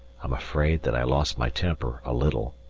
i'm afraid that i lost my temper a little,